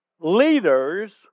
leaders